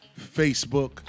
Facebook